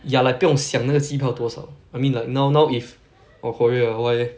ya like 不用想那个机票多少 I mean like now now if oh korea ah why eh